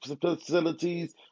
facilities